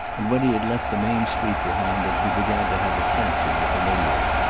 and when he had left the main street behind him he began to have a sense of the familiar.